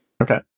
Okay